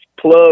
Plug